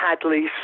Hadley